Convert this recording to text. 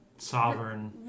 Sovereign